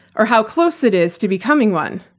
or how close it is to becoming one.